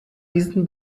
diesen